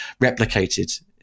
replicated